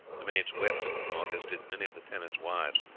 the maids wept at the thought, as did many of the tenants' wives,